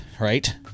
right